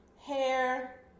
hair